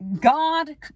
God